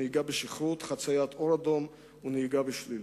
נהיגה בשכרות, חצייה באור אדום ונהיגה בשלילה.